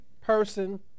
person